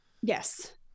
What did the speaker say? Yes